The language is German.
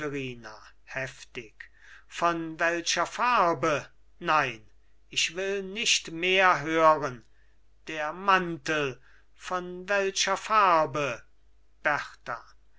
heftig von welcher farbe nein ich will nicht mehr hören der mantel von welcher farbe